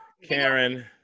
Karen